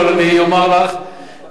יאמר לך שארבע